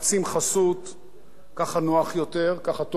ככה נוח יותר, ככה טוב יותר, ככה פחות מפריע.